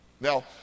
Now